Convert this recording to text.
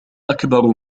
أكبر